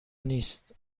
نیست